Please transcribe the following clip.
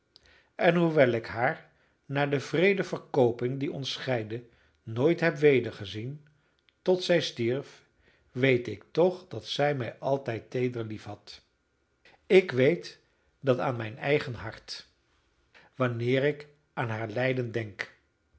en hoewel ik haar na de wreede verkooping die ons scheidde nooit heb wedergezien tot zij stierf weet ik toch dat zij mij altijd teeder liefhad ik weet dat aan mijn eigen hart wanneer ik aan haar lijden denk